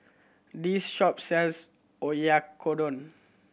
this shop sells Oyakodon